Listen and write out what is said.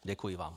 Děkuji vám.